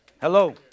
Hello